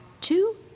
two